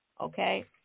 okay